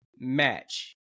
Match